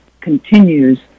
continues